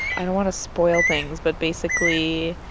i don't want to spoil things but basically,